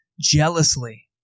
jealously